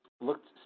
looked